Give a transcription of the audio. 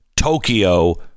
Tokyo